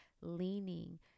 leaning